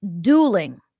dueling